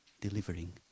delivering